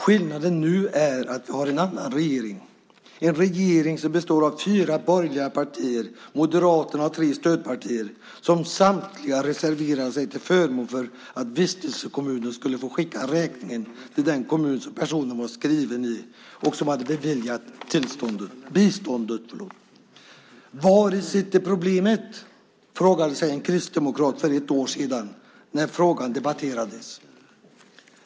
Skillnaden nu är att vi har en annan regering, en regering som består av fyra borgerliga partier, Moderaterna och tre stödpartier, som samtliga reserverat sig till förmån för att vistelsekommunen skulle få skicka räkningen till den kommun som personen var skriven i och som hade beviljat biståndet. Vari sitter problemet? frågade sig en kristdemokrat för ett år sedan när frågan debatterades.